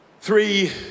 Three